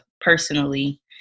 personally